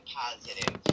positive